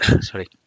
sorry